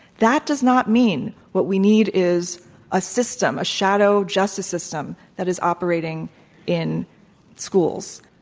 that does not mean what we need is a system, a shadow justice system that is operating in schools.